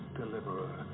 deliverer